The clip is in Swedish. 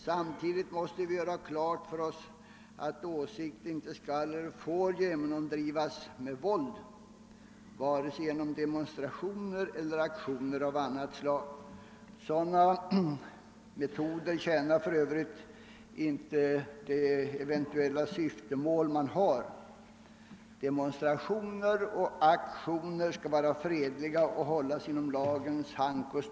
Samtidigt måste vi göra klart för oss att åsikter inte skall eller får genomdrivas med våld, vare sig vid demonstrationer eller vid aktioner av annat slag. Sådana metoder tjänar för övrigt inte det syfte man eventuellt har. Demonstrationer och aktioner skall vara fredliga och hålla sig inom lagens råmärken.